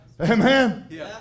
Amen